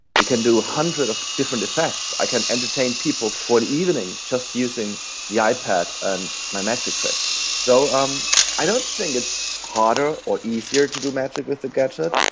you can do hundreds of different effects. i can entertain people for an evening just using the ipad and my magic tricks. so um i don't think it's harder or easier to do magic with a gadget,